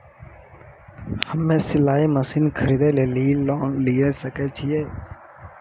हम्मे सिलाई मसीन खरीदे लेली लोन लिये सकय छियै?